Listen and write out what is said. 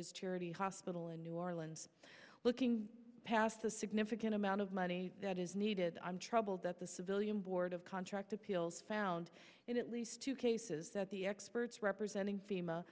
as charity hospital in new orleans looking past a significant amount of money that is needed i'm troubled that the civilian board of contract appeals found in at least two cases that the experts representing fema